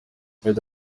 meddy